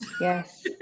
Yes